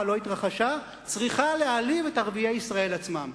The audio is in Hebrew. לא התרחשה צריכה להעליב את ערביי ישראל עצמם.